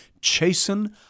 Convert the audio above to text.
chasten